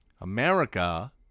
America